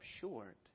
short